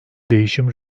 değişim